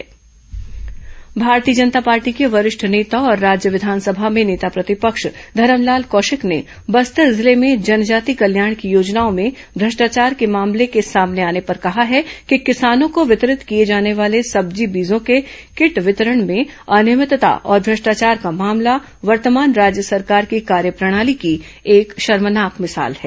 नेता प्रतिपक्ष बयान भारतीय जनता पार्टी के वरिष्ठ नेता और राज्य विधानसभा में नेता प्रतिपक्ष धरमलाल कौशिक ने बस्तर जिले में जनजाति कल्याण की योजनाओं में भ्रष्टाचार के मामलों के सामने आने पर कहा है कि किसानों को वितरित किए जाने वाले सब्जी बीजों के किट वितरण में अनियमितता और भ्रष्टाचार का मामला वर्तमान राज्य सरकार की कार्यप्रणाली की एक शर्मनाक मिसाल है